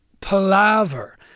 palaver